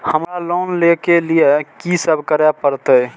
हमरा लोन ले के लिए की सब करे परते?